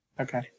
Okay